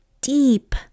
deep